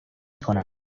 کنم